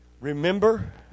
Remember